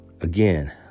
Again